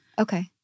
Okay